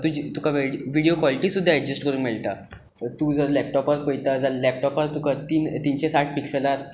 तुका video quality सुद्दां adjust करूंक मेळटा तूं जर लॅपटॉपार पळयता जाल्यार लॅपटॉपार तुका तिनशे साठ पिक्सलार